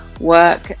work